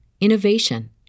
innovation